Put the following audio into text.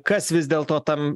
kas vis dėlto tam